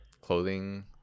clothing